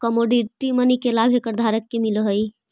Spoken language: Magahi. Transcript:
कमोडिटी मनी के लाभ एकर धारक के मिलऽ हई